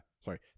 sorry